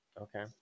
Okay